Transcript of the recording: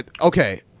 okay